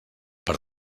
per